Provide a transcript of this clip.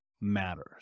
matters